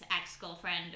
ex-girlfriend